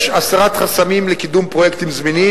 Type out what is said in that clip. הסרת חסמים לקידום פרויקטים זמינים,